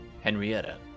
Henrietta